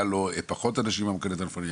היה לו פחות אנשים במוקד הטלפוני?